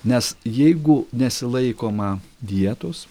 nes jeigu nesilaikoma dietos